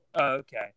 Okay